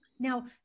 Now